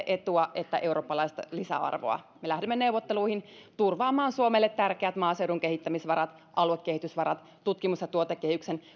etua että eurooppalaista lisäarvoa me lähdemme neuvotteluihin turvaamaan suomelle tärkeät maaseudun kehittämisvarat aluekehitysvarat tutkimus ja tuotekehyksen